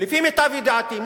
לפי מיטב ידיעתי.